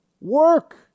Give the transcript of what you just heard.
work